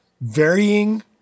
varying